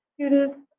students